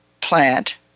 plant